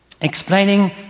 Explaining